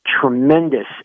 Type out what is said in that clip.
tremendous